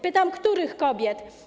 Pytam: Których kobiet?